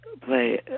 play